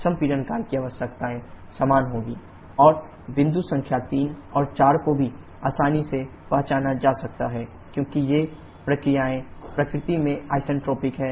और सम्पीडन कार्य की आवश्यकताएं समान होंगी 𝑊𝐶 ℎ1 − ℎ4 और बिंदु संख्या 3 और 4 को भी आसानी से पहचाना जा सकता है क्योंकि ये प्रक्रियाएं प्रकृति में आइसेंट्रोपिक हैं